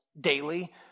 daily